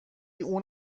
اون